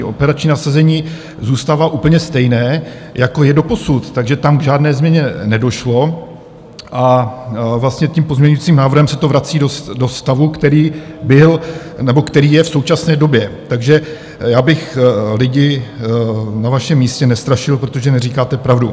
Operační nasazení zůstává úplně stejné, jako je doposud, takže tam k žádné změně nedošlo, a tím pozměňovacím návrhem se to vrací do stavu, který byl nebo který je v současné době, takže já bych lidi na vašem místě nestrašil, protože neříkáte pravdu.